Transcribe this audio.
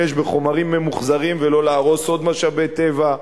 בחומרים ממוחזרים ולא להרוס עוד משאבי טבע,